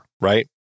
right